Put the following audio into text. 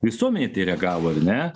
visuomenė į tai reagavo ar ne